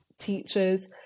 teachers